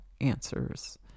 answers